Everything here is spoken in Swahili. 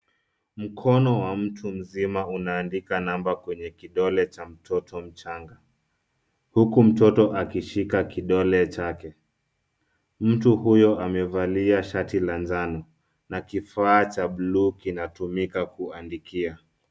Mkono wa mtu mzima unaandika namba kwenye kidole cha mtoto mchnga. Huku mtoto akishika kidole chake. Mtu huyo amevali shati la njano na kifaacha bluu kinatumika kuandikia.